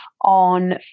on